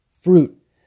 fruit